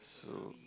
so